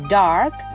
dark